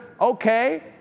Okay